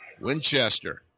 Winchester